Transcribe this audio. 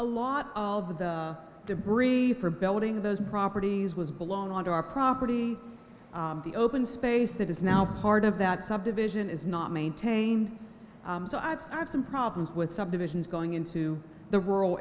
a lot of the debris for building those properties was blown on our property the open space that is now part of that subdivision is not maintained so i've had some problems with subdivisions going into the rural